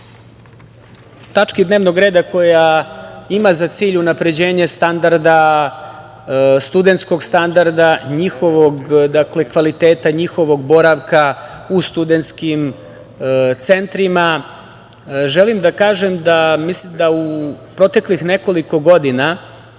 tački dnevnog reda koja ima za cilj unapređenje studentskog standarda, njihovog kvaliteta, njihovog boravka u studentskim centrima, želim da kažem da mislim da u proteklih nekoliko godina